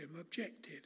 objected